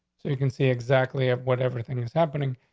you can see exactly of what everything is happening.